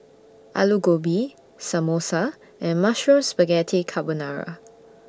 Alu Gobi Samosa and Mushroom Spaghetti Carbonara